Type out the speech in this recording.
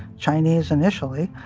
chinese initially.